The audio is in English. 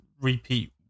repeat